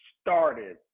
started